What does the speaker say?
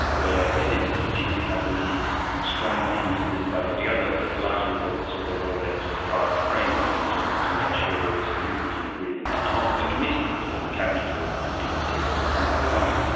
where they didn't particularly have any strong opinions on this, that or the other, but largely they saw their role there as to drive a framework and to and to make sure there was commitment and agreement amongst their committee, the the cabinet or in the ah case of a summit, the summit,